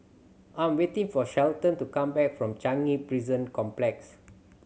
I'm waiting for Shelton to come back from Changi Prison Complex